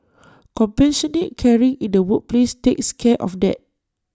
compassionate caring in the workplace takes care of that